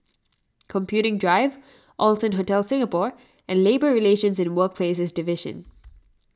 Computing Drive Allson Hotel Singapore and Labour Relations and Workplaces Division